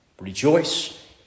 rejoice